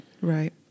Right